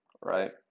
right